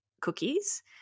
cookies